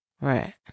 Right